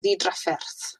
ddidrafferth